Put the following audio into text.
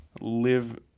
live